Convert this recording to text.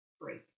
great